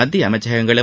மத்திய ஃஅமைச்சகங்களும்